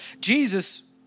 Jesus